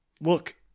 Look